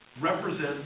represent